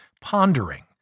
Pondering